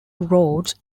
roads